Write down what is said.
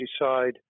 decide